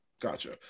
gotcha